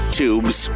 tubes